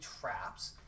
traps